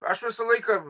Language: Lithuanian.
aš visą laiką